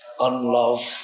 unloved